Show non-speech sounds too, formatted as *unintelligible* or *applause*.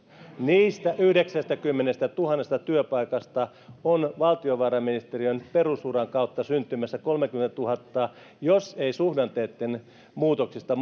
niistä yhdeksästäkymmenestätuhannesta työpaikasta on valtiovarainministeriön perusuran kautta syntymässä kolmekymmentätuhatta jos ei suhdanteitten muutoksista *unintelligible*